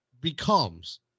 becomes